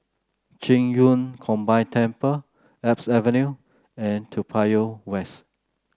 Qing Yun Combined Temple Alps Avenue and Toa Payoh West